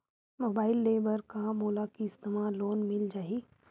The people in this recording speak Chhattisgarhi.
मोबाइल ले बर का मोला किस्त मा लोन मिल जाही?